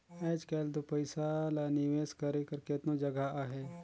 आएज काएल दो पइसा ल निवेस करे कर केतनो जगहा अहे